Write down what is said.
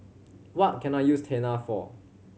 what can I use Tena for